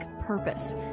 purpose